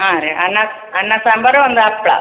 ಹಾಂ ರೀ ಅನ್ನ ಅನ್ನ ಸಾಂಬಾರು ಒಂದು ಹಪ್ಪಳ